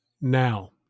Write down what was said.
now